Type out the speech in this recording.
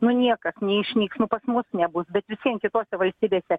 nu niekas neišnyks nu pas mus nebus bet vis vien kitose valstybėse